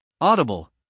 Audible